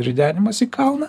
ridenimas į kalną